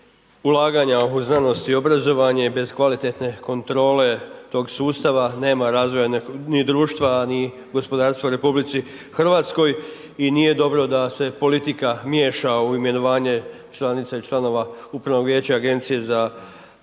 ulaganja u znanost i obrazovanje bez kvalitetne kontrole tog sustava, nema razvoja ni društva a ni gospodarstva u RH i nije dobro da se politika miješa u imenovanje članice i članova upravnog vijeća Agencije za visoko